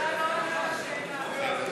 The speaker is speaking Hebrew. בבקשה, חבר הכנסת אחמד טיבי.